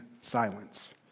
silence